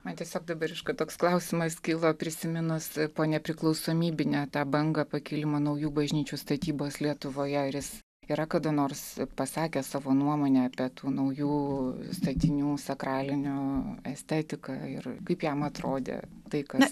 man tiesiog dabar aišku toks klausimas kilo prisiminus po nepriklausomybinę tą bangą pakilimą naujų bažnyčių statybos lietuvoje ar jis yra kada nors pasakęs savo nuomonę apie tų naujų statinių sakralinių estetiką ir kaip jam atrodė tai kas